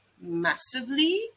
massively